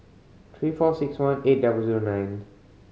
three four six one eight double zero nine